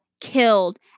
killed